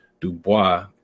Dubois